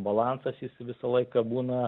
balansas jis visą laiką būna